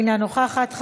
אינה נוכחת,